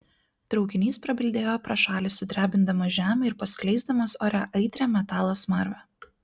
traukinys prabildėjo pro šalį sudrebindamas žemę ir paskleisdamas ore aitrią metalo smarvę